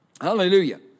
Hallelujah